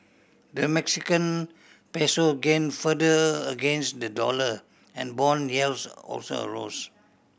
the Mexican Peso gain further against the dollar and bond yields also arose